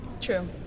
True